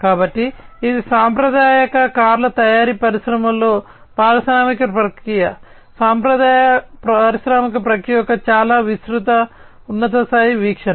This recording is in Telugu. కాబట్టి ఇది సాంప్రదాయక కార్ల తయారీ పరిశ్రమలో పారిశ్రామిక ప్రక్రియ సాంప్రదాయ పారిశ్రామిక ప్రక్రియ యొక్క చాలా విస్తృత ఉన్నత స్థాయి వీక్షణ